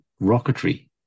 rocketry